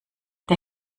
der